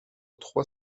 trois